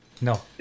No